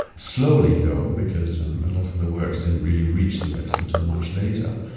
slowly though, because enough of the works didn't really reach the west until much later,